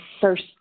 first